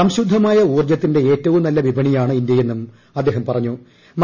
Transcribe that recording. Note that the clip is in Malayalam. സംശുദ്ധമായ ഊർജ്ജത്തിന്റെട്ട് ഏറ്റവും നല്ല വിപണിയാണ് ഇന്ത്യയെന്നും അദ്ദേഹം പുറ്ഞ്ഞു്